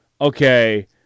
okay